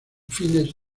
fines